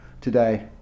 today